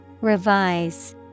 Revise